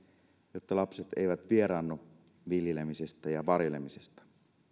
jotta lapset eivät vieraannu viljelemisestä ja varjelemisesta